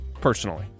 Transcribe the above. personally